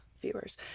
viewers